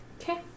Okay